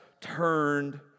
turned